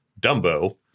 Dumbo